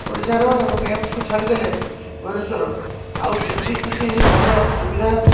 ଓଡ଼ିଶାର ଏବଂ ଏମ୍ସକୁ ଛାଡ଼ିଦେଲେ ଭବନେଶ୍ୱର ଆଉ ସେମିତି କିଛି ଭଲ ସୁବିଧା